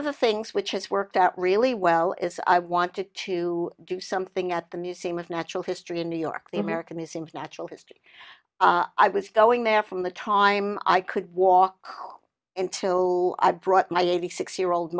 of the things which has worked out really well is i wanted to do something at the museum of natural history in new york the american museum of natural history i was going there from the time i could walk into i brought my eighty six year old